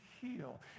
heal